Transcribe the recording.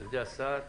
על-ידי השר.